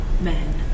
men